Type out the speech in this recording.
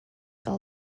all